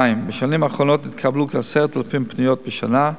2. בשנים האחרונות התקבלו כ-10,000 פניות בשנה,